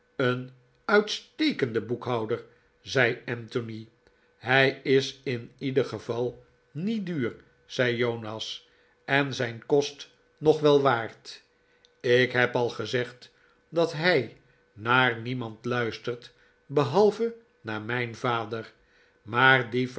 een uitstekende boekhouder zei anthony hij is in ieder geval niet duur zei jonas en zijn kost nog wel waard ik heb al gezegd dat hij naar niemand luistert behalve naar mijn vader maar dien